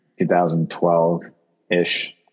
2012-ish